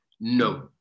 No